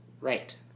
Right